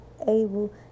able